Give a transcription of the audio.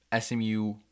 smu